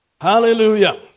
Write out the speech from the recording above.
Hallelujah